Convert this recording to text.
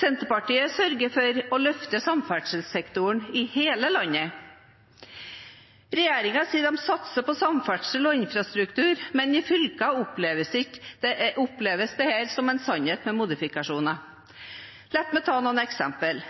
Senterpartiet sørger for å løfte samferdselssektoren i hele landet. Regjeringen sier at den satser på samferdsel og infrastruktur, men i fylkene oppleves dette som en sannhet med modifikasjoner. La meg ta noen eksempler.